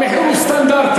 המחיר הוא סטנדרטי.